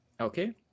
Okay